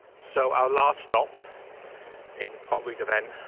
so our last stop in pontrhydyfen